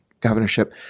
governorship